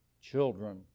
children